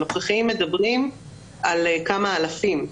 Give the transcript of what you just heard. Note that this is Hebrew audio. הנוכחיים מדברים על כמה אלפים,